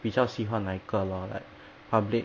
比较喜欢哪一个咯 like public